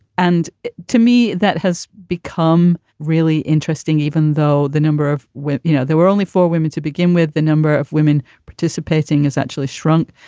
and to me, that has become really interesting, even though the number of women, you know, there were only four women to begin with, the number of women participating has actually shrunk.